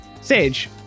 Sage